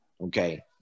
okay